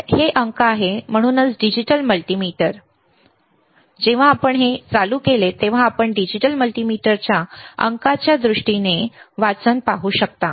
तर हे अंक आहे म्हणूनच डिजिटल मल्टीमीटर जेव्हा आपण हे चालू केले तेव्हा आपण डिजिटल मल्टीमीटरच्या अंकाच्या दृष्टीने वाचन पाहू शकता